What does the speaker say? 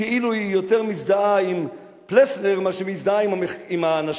כאילו היא יותר מזדהה עם פלסנר מאשר מזדהה עם האנשים